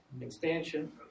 expansion